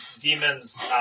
demons